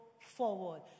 forward